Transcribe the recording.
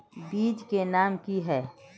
बीज के नाम की है?